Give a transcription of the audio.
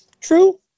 True